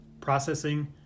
processing